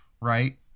right